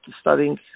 studying